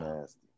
nasty